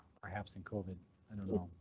perhaps in covid i don't know.